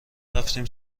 رفتیم